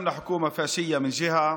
אנחנו מול ממשלה פשיסטית מצד אחד,